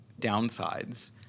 downsides